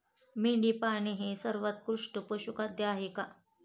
मेंढी पाळणे हे सर्वोत्कृष्ट पशुखाद्य आहे का?